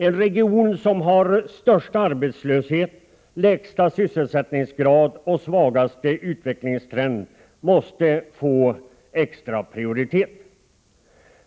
En region som har störst arbetslöshet, lägst sysselsättningsgrad och svag utvecklingstrend måste få extra prioritet.